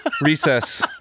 recess